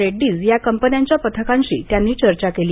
रेड्डीज या कंपन्यांच्या पथकांशी त्यांनी चर्चा केली